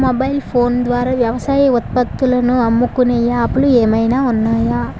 Mobile phone ద్వారా వ్యవసాయ ఉత్పత్తులు అమ్ముకునే యాప్ లు ఏమైనా ఉన్నాయా?